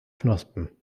knospen